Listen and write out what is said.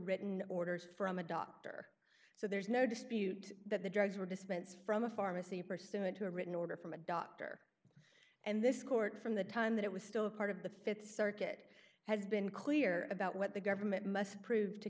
written orders from a doctor so there's no dispute that the drugs were dispense from a pharmacy pursuant to a written order from a doctor and this court from the time that it was still a part of the th circuit has been clear about what the government must prove to